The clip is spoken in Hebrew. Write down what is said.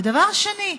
ודבר שני,